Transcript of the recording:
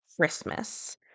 Christmas